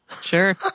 Sure